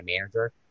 manager